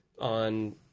on